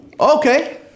Okay